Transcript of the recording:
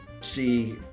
see